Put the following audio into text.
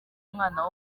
umwana